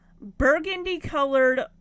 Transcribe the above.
burgundy-colored